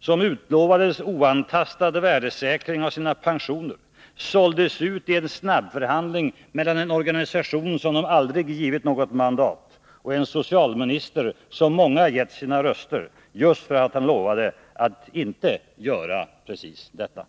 som utlovades oantastad värdesäkring av sina pensioner såldes ut i en snabbförhandling mellan en organisation som de aldrig givit något mandat och en socialminister, som många gett sina röster just för att han lovade att inte göra precis detta.